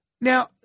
Now